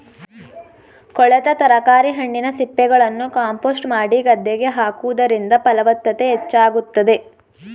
ಕೊಳೆತ ತರಕಾರಿ, ಹಣ್ಣಿನ ಸಿಪ್ಪೆಗಳನ್ನು ಕಾಂಪೋಸ್ಟ್ ಮಾಡಿ ಗದ್ದೆಗೆ ಹಾಕುವುದರಿಂದ ಫಲವತ್ತತೆ ಹೆಚ್ಚಾಗುತ್ತದೆ